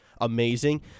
amazing